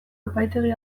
epaitegi